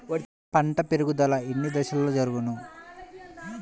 పంట పెరుగుదల ఎన్ని దశలలో జరుగును?